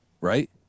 right